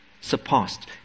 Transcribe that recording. surpassed